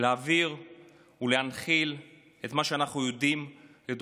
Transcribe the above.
ולהעביר ולהנחיל לדורות הבאים את מה שאנחנו יודעים.